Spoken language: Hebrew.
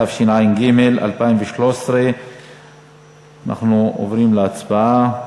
התשע"ג 2013. אנחנו עוברים להצבעה.